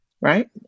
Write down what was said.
right